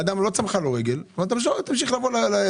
לאדם לא צמחה רגל אבל הוא צריך להמשיך להביא